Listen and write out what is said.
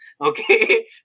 okay